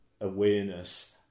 awareness